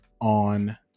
on